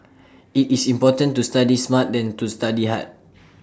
IT is important to study smart than to study hard